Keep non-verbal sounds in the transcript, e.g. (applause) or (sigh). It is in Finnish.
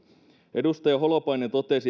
edustaja holopainen totesi (unintelligible)